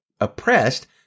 oppressed